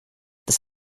das